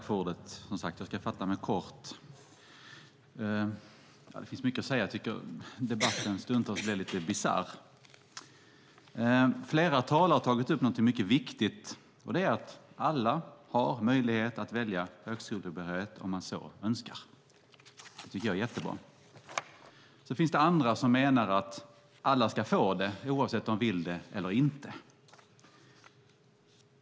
Fru talman! Jag ska fatta mig kort, även om det finns mycket att säga. Jag tycker att debatten stundtals är lite bisarr. Flera talare har tagit upp någonting mycket viktigt. Det är att alla har möjlighet att välja högskolebehörighet om man så önskar. Det tycker jag är jättebra. Sedan finns det andra som menar att alla ska få behörighet oavsett om de vill det eller inte.